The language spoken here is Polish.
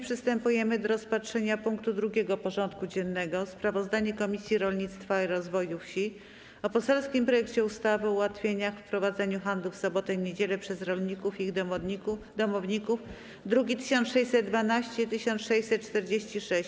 Przystępujemy do rozpatrzenia punktu 2. porządku dziennego: Sprawozdanie Komisji Rolnictwa i Rozwoju Wsi o poselskim projekcie ustawy o ułatwieniach w prowadzeniu handlu w soboty i niedziele przez rolników i ich domowników (druki nr 1612 i 1646)